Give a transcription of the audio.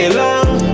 love